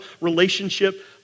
relationship